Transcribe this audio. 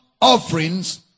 offerings